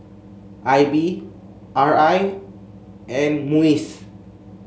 I B R I and MUIS